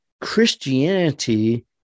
Christianity